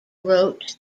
wrote